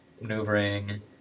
maneuvering